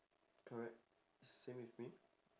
correct same with me